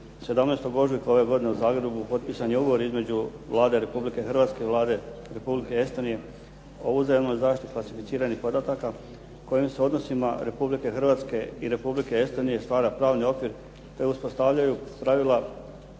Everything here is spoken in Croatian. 17. ožujka ove godine u Zagrebu potpisan je ugovor između Vlade Republike Hrvatske i Vlade Republike Estonije o uzajamnoj zaštiti klasificiranih podataka kojim se odnosima Republike Hrvatske i Republike Estonije stvara pravni okvir te uspostavljaju pravila